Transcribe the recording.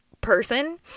person